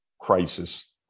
crisis